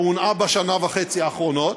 שהונעה בשנה וחצי האחרונות,